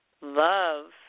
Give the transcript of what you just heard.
love